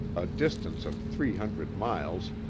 a distance of three hundred miles,